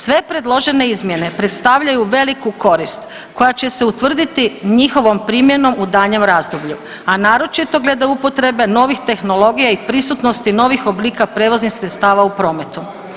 Sve predložene izmjene predstavljaju veliku korist koja će se utvrditi njihovom primjenom u daljnjem razdoblju, a naročito glede upotrebe novih tehnologija i prisutnosti novih oblika prijevoznih sredstava u prometu.